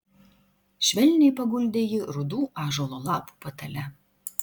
švelniai paguldė jį rudų ąžuolo lapų patale